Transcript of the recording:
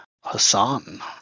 Hassan